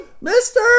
Mister